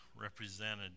represented